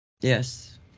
Yes